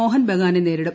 മോഹൻ ബഗാനെ നേരിടും